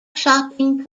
shopping